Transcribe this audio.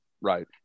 Right